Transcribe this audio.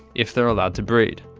if they're allowed to breed.